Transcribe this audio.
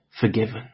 forgiven